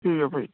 ਠੀਕ ਆ ਭਾਈ